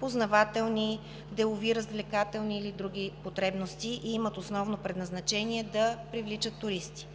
познавателни, делови, развлекателни или други потребности и имат основно предназначение да привличат туристи.